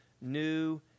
new